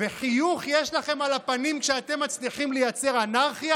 וחיוך יש לכם על הפנים כשאתם מצליחים לייצר אנרכיה?